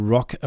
Rock